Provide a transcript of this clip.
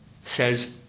says